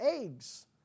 eggs